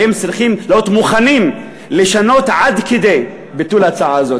והם צריכים להיות מוכנים לשנות עד כדי ביטול ההצעה הזאת.